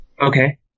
Okay